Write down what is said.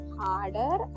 harder